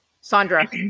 Sandra